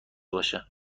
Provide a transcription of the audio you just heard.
باشه